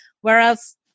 Whereas